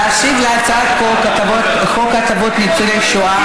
להשיב על הצעת חוק הטבות לניצולי שואה,